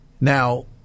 Now